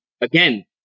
again